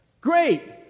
Great